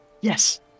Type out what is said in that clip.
yes